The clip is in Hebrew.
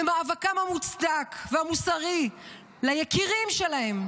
ומאבקם המוצדק והמוסרי על היקירים שלהם,